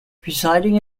presiding